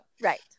Right